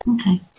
Okay